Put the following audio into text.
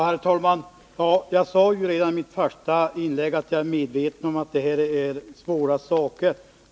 Herr talman! Jag sade redan i mitt första inlägg att jag är medveten om att det här är svåra saker.